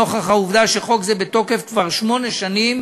נוכח העובדה שחוק זה בתוקף כבר שמונה שנים